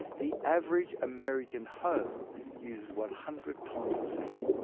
the average american home uses one hundred tonnes of sand.